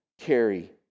carry